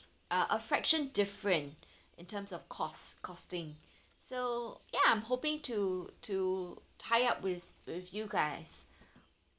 uh a fraction different in terms of cost costing so ya I'm hoping to to tie up with with you guys